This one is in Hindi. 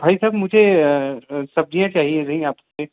भाई साहब मुझे सब्ज़ियाँ चाहिए थी में आप से